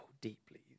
deeply